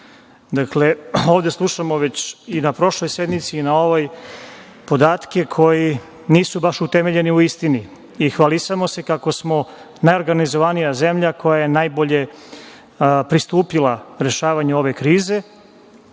parlamentu. Ovde slušamo i na prošloj sednici i na ovoj podatke koji nisu baš utemeljeni u istini i hvalisamo se kako smo najorganizovanija zemlja koja je najbolje pristupila rešavanju ove krize